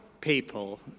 people